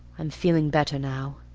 i'm feeling better now.